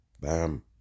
Bam